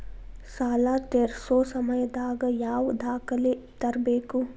ಸಾಲಾ ತೇರ್ಸೋ ಸಮಯದಾಗ ಯಾವ ದಾಖಲೆ ತರ್ಬೇಕು?